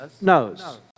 knows